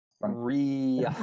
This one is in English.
re